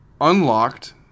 unlocked